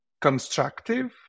constructive